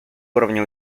уровня